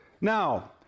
Now